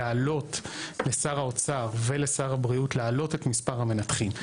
לשר האוצר ולשר הבריאות להעלות את מספר המנתחים,